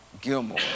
Gilmore